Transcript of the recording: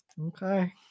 Okay